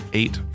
eight